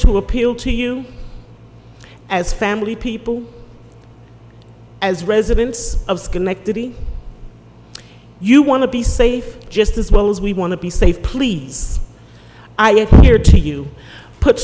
to appeal to you as family people as residents of schenectady you want to be safe just as well as we want to be safe please i am here to you put